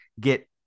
get